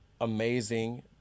amazing